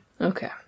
Okay